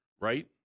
right